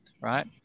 right